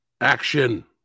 Action